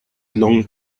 longed